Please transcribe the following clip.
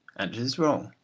and it is wrong,